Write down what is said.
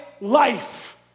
life